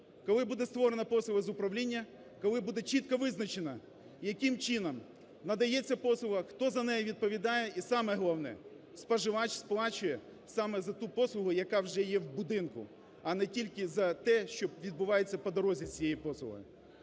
коли буде створена послуга з управління, коли буде чітко визначено, яким чином надається послуга, хто за неї відповідає? І саме головне, споживач сплачує саме за ту послугу, яка вже є в будинку, а не тільки за те, що відбувається по дорозі з цією послугою.